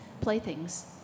playthings